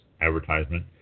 advertisement